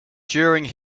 during